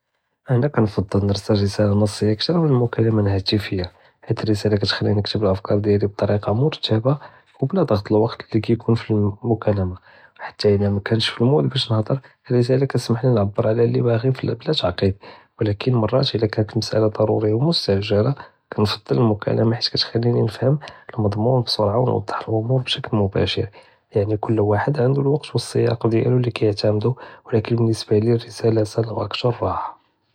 אנא כנפעל נארסל רסאלה נסיה אכתר מן אלמקאלמה אלתלפוניה, חית אלרסאלה כתחליני נכתב אלאפכאר דיאלי בטאריקה מרתבה ובלא דעט אלוואקט לי קיכון פי אלמקאלמה. חתא אידה מא קנטש פי אלמוד בש נהדר אלרסאלה כתסמיח לי נעבר עלא לי בג'י בלא תעקיד, ולקין מראת אידה קנת אלמסאלה דרוריה ומסתאג'לה, כנפעל אלמקאלמה חית כתחליני נפהם אלמדמון ביסראעה ונוואדח אלאומור בבשכיל מדירא, יאניע כל וואחד ענדו אלוואקט ואלסיאק דיאלו לי כיעתמדו, ולקין בלאנסבה ליא אלרסאלה אכתר ראה.